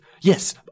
yes